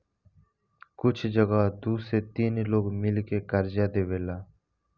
कुछ जगह दू से तीन लोग मिल के कर्जा देवेला